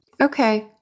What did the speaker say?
Okay